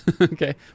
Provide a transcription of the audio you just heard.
Okay